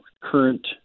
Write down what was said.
current